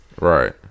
Right